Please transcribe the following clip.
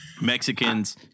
Mexicans